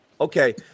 Okay